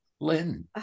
Lynn